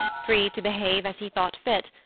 free to behave as he thought fit,